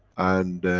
and.